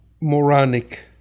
moronic